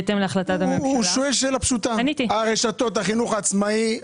בהתאם להחלטת- -- הוא שואל שאלה פשוטה: רשתות החינוך העצמאי,